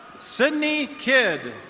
sydney kid.